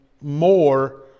more